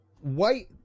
white